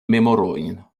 memorojn